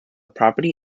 property